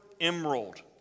Emerald